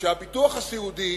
שהביטוח הסיעודי